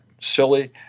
silly